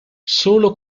solo